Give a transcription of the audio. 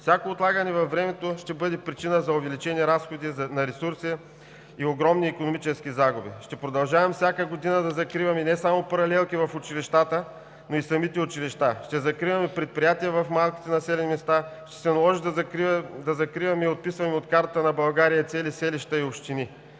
Всяко отлагане във времето ще бъде причина за увеличени разходи на ресурси и огромни икономически загуби. Ще продължаваме всяка година да закриваме не само паралелки в училищата, но и самите училища. Ще закриваме предприятия в малките населени места, ще се наложи да закриваме и отписваме от картата на България цели селища и общини.